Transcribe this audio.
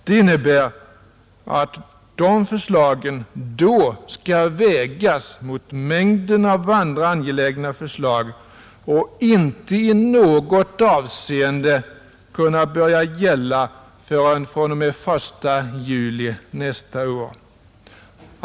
Det innebär att dessa förslag då kommer att få vägas mot mängden av andra angelägna förslag och att de inte i något avseende kan börja gälla förrän fr.o.m., den 1 juli nästa år.